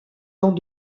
dans